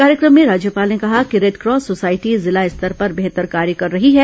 कार्यक्रम में राज्यपाल ने कहा कि रेडक्रॉस सोसायटी जिला स्तर पर बेहतर कार्य कर रही है